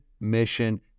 mission